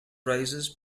razors